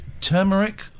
turmeric